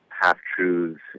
half-truths